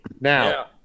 Now